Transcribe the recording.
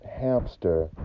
hamster